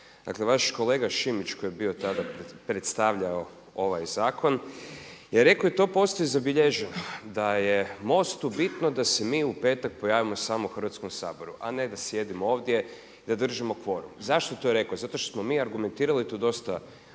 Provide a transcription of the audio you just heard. Dakle, vaš kolega Šimić koji je bio tada predstavljao ovaj zakon je rekao i to postoji zabilježeno, da je MOST-u bitno da se mi u petak pojavimo samo u Hrvatskom saboru, a ne da sjedimo ovdje, da držimo kvorum. Zašto je to rekao? Zato što smo mi argumentirali i to dosta uspješno